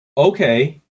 okay